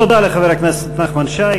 תודה לחבר הכנסת נחמן שי.